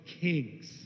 Kings